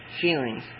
feelings